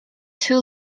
too